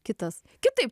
kitas kitaip